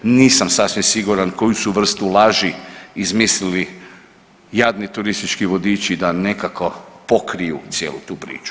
Nisam sasvim siguran koju su vrsti laži izmislili jadni turistički vodiči da nekako pokriju cijelu tu priču.